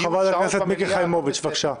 חברת הכנסת מיקי חיימוביץ', בבקשה.